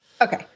Okay